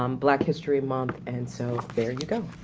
um black history month and so there you go.